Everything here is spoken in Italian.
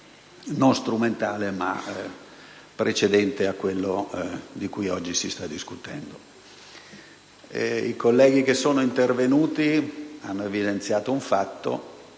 non è strumentale, ma precedente a quello di cui oggi si sta discutendo. I colleghi che sono intervenuti hanno evidenziato un fatto